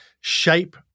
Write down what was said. shape